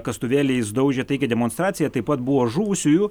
kastuvėliais daužė taikią demonstraciją taip pat buvo žuvusiųjų